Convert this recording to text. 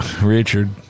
Richard